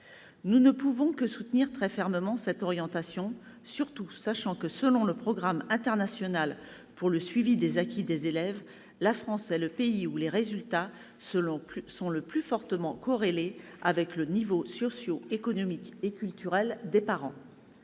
Nous ne pouvons que soutenir très fortement cette orientation, étant donné surtout que, selon le programme international pour le suivi des acquis des élèves, la France est le pays où les résultats sont le plus fortement corrélés avec le niveau socio-économique et culturel des parents.